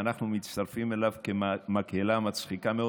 ואנחנו מצטרפים אליו כמקהלה מצחיקה מאוד.